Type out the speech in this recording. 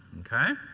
okay.